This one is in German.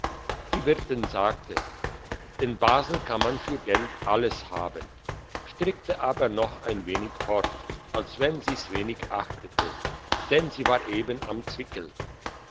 die wirtin sagte in basel kann man für geld alles haben strickte aber noch ein wenig fort als wenn sie's wenig achtete denn sie war eben am zwickel